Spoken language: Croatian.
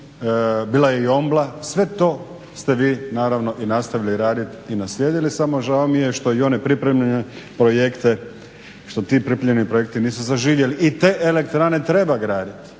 bila je i Ombla, sve to ste vi naravno i nastavili raditi i naslijedili. Samo žao mi je što i one pripremljene projekte što ti pripremljeni projekti nisu zaživjeli. I te elektrane treba graditi